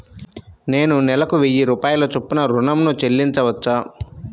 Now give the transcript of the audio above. నేను నెలకు వెయ్యి రూపాయల చొప్పున ఋణం ను చెల్లించవచ్చా?